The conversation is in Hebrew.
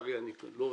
לצערי אני כבר לא יהיה,